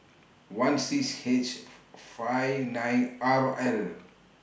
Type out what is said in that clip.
I six H five R L